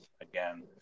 again